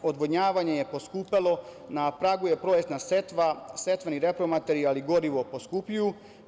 Odvodnjavanje je poskupelo, na pragu je prolećna setva, setveni repromaterijali i gorivo poskupljuju.